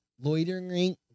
loitering